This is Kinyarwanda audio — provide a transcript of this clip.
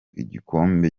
igikombe